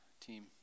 team